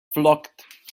flock